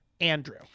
Andrew